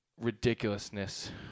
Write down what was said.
ridiculousness